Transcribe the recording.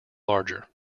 larger